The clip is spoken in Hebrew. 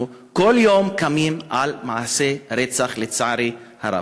אנחנו כל יום קמים עם מעשה רצח, לצערי הרב.